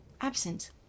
Absent